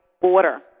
border